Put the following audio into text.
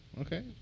Okay